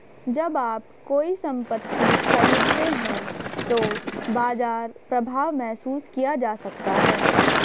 जब आप कोई संपत्ति खरीदते हैं तो बाजार प्रभाव महसूस किया जा सकता है